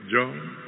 John